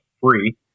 free